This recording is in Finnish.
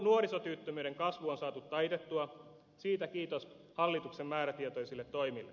nuorisotyöttömyyden kasvu on saatu taitettua siitä kiitos hallituksen määrätietoisille toimille